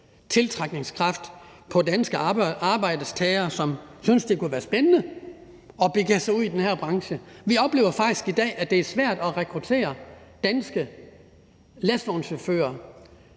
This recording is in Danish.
tiltrækningskraft på danske arbejdstagere, som synes, det kunne være spændende at begive sig ud i den her branche. Vi oplever faktisk i dag, at det er svært at rekruttere danske lastvognschauffører